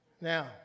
Now